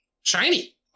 Shiny